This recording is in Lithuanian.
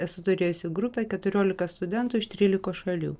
esu turėjusi grupę keturiolika studentų iš trylikos šalių